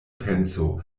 penso